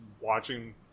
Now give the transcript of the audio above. watching